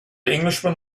englishman